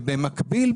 ובמקביל,